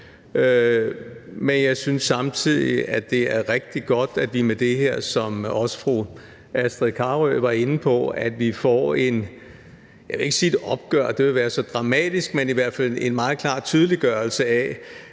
men jeg synes samtidig, at det er rigtig godt, at vi med det her, som også fru Astrid Carøe var inde på, får, jeg vil ikke sige et opgør, det ville være så dramatisk, men i hvert fald en meget klar tydeliggørelse af,